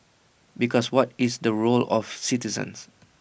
because what is the role of citizens